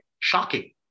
Shocking